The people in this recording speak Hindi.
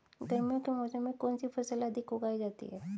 गर्मियों के मौसम में कौन सी फसल अधिक उगाई जाती है?